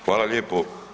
Hvala lijepo.